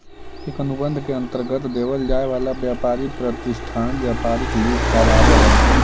एक अनुबंध के अंतर्गत देवल जाए वाला व्यापारी प्रतिष्ठान व्यापारिक लीज कहलाव हई